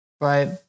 Right